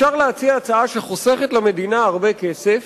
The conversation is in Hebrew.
אפשר להעלות הצעה שחוסכת למדינה הרבה כסף,